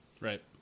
Right